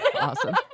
Awesome